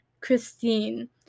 Christine